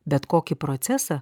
bet kokį procesą